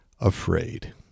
afraid